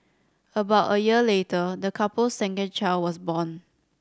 about a year later the couple's second child was born